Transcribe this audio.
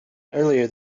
earlier